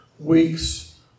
weeks